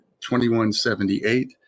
2178